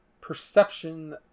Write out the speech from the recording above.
perception